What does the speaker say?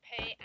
Pay